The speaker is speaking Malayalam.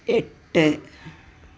എട്ട്